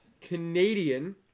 Canadian